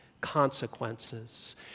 consequences